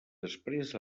després